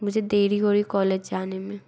मुझे देरी हो रही कॉलेज जाने में